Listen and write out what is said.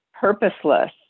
purposeless